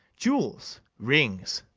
jewels, rings.